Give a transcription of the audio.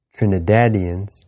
Trinidadians